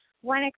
one